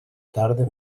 tarda